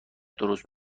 درست